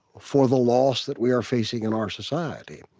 for the loss that we are facing in our society.